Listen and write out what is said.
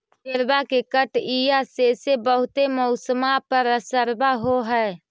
पेड़बा के कटईया से से बहुते मौसमा पर असरबा हो है?